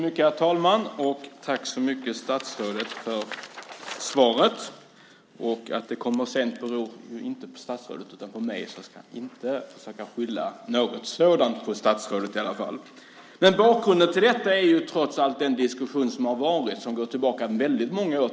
Herr talman! Tack, statsrådet, för svaret! Att det kommer sent beror inte på statsrådet utan på mig. Jag ska inte försöka skylla något sådant på statsrådet. Bakgrunden till detta är den diskussion som har varit. Den går tillbaka väldigt många år.